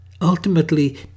ultimately